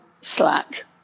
slack